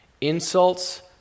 insults